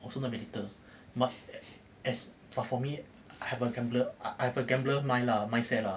also not very little but a~ as but for me I have a gambler I have a gambler mind lah mindset lah